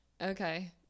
Okay